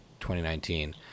2019